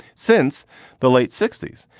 since the late sixty s,